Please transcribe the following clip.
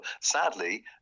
sadly